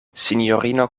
sinjorino